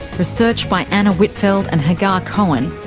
research by anna whitfeld and hagar cohen,